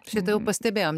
šitą jau pastebėjom